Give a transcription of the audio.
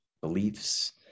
beliefs